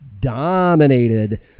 dominated